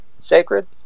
sacred